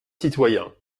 citoyen